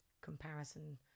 comparison